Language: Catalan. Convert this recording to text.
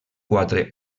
quatre